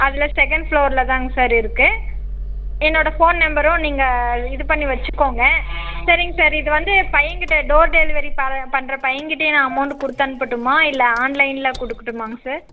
அதில் செகண்ட் ஃப்ளோரில் தாங்க சார் இருக்கு என்னோட ஃபோன் நம்பரும் நீங்கள் இது பண்ணி வச்சுக்கோங்க சரிங்க சார் இது வந்து பையன்கிட்ட டோர் டெலிவரி பண்ணுற பையன்கிட்டையே அமவுண்டு கொடுத்து அனுப்பட்டுமா இல்லை ஆன்லைனில் கொடுக்கட்டுமாங்க சார்